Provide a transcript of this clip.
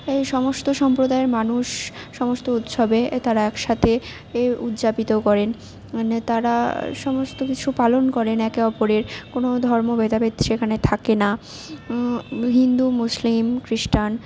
এই সমস্ত সম্প্রদায়ের মানুষ সমস্ত উৎসবে তারা একসাথে এ উদযাপিত করেন মানে তারা সমস্ত কিছু পালন করেন একে অপরের কোনো ধর্ম ভেদাভেদ সেখানে থাকে না হিন্দু মুসলিম খ্রিস্টান